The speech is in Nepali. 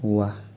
वाह